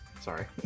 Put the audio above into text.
Sorry